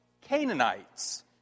Canaanites